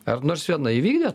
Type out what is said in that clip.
ar nors viena įvykdė